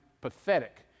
pathetic